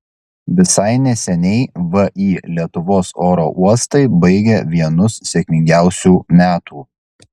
visai neseniai vį lietuvos oro uostai baigė vienus sėkmingiausių metų